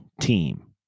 team